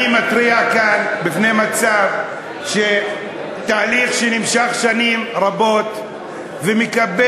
אני מתריע כאן על תהליך שנמשך שנים רבות ומקבל